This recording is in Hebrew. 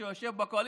מי שיושב בקואליציה,